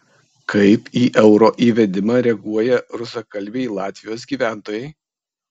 kaip į euro įvedimą reaguoja rusakalbiai latvijos gyventojai